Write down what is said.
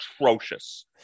atrocious